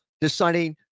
deciding